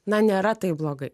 na nėra taip blogai